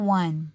one